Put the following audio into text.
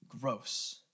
gross